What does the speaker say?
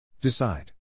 Decide